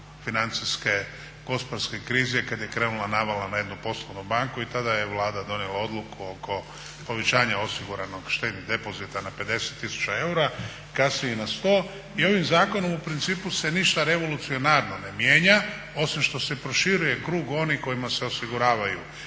kada je krenula navala na jednu poslovnu banku i tada je Vlada donijela odluku oko povećanja osiguranog štednog depozita na 50 tisuća eura kasnije na 100 i ovim zakonom se u principu se ništa revolucionarno ne mijenja osim što se proširuje krug onih kojima se osiguravaju